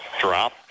drop